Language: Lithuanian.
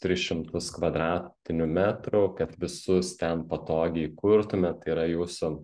tris šimtus kvadratinių metrų kad visus ten patogiai įkurtumėt tai yra jūsų